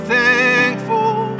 thankful